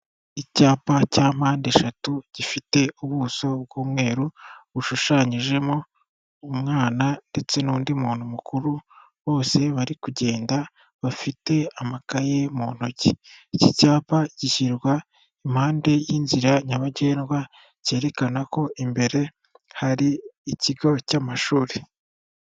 Icyapa cya mpande eshatu gifite ubuso bw'umweru bushushanyijemo umwana ndetse n'undi muntu mukuru bose bari kugenda bafite amakaye mu ntoki, iki cyapa gishyirwa impande y'inzira nyabagendwa cyerekana ko imbere hari ikigo cy'amashuri.